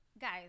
guys